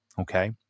Okay